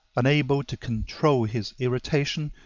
unable to control his irritation,